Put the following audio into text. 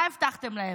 מה הבטחתם להם?